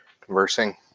conversing